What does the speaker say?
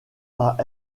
pas